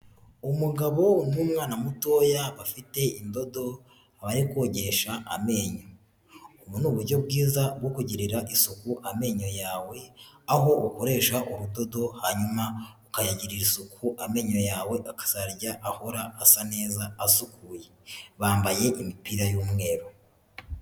Umugabo n'umwana mutoya bafite indodo abarikogesha amenyo, ubu ni uburyo bwiza bwo kugirira isuku amenyo yawe aho ukoresha urudodo hanyuma ukayigi isuku amenyo yawe akazarya ahora asa neza asukuye, bambaye imipira y'umweru.